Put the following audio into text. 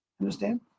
understand